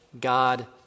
God